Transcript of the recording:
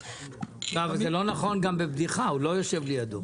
זה לא נכון גם בבדיחה, הוא לא יושב לידו.